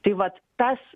tai vat tas